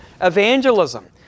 evangelism